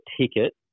ticket